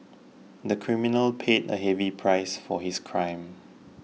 the criminal paid a heavy price for his crime